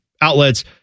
outlets